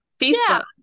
Facebook